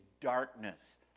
darkness